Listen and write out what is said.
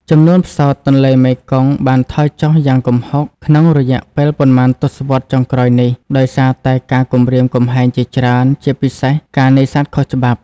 ចំនួនផ្សោតទន្លេមេគង្គបានថយចុះយ៉ាងគំហុកក្នុងរយៈពេលប៉ុន្មានទសវត្សរ៍ចុងក្រោយនេះ ដោយសារតែការគំរាមកំហែងជាច្រើន ជាពិសេសការនេសាទខុសច្បាប់។